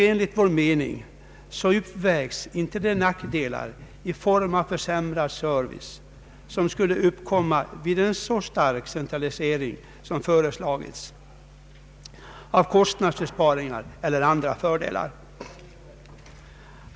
Enligt vår mening uppvägs inte de nackdelar i form av försämrad service, som skulle uppkomma vid en så stark centralisering som har föreslagits, av kostnadsbesparingar eller andra fördelar.